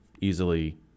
easily